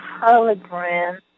hologram